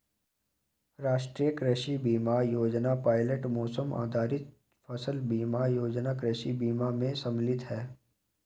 राष्ट्रीय कृषि बीमा योजना पायलट मौसम आधारित फसल बीमा योजना कृषि बीमा में शामिल है